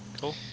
Cool